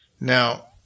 Now